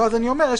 מה אומרות האחרות?